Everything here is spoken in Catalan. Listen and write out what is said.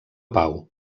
pau